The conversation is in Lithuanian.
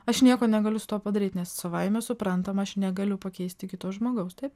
aš nieko negaliu su tuo padaryt nes savaime suprantama aš negaliu pakeisti kito žmogaus taip